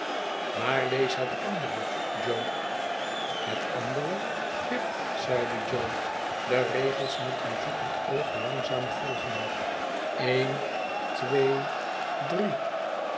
maar lees het andere jo het andere pip zeide jo de regels met een zoekend oog langzaam volgende e twee drie